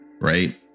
right